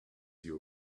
your